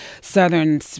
Southern